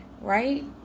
right